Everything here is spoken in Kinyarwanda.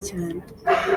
cyane